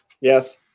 Yes